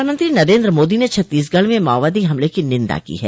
प्रधानमंत्री नरेंद्र मोदी ने छत्तीसगढ़ में माओवादी हमले की निंदा की है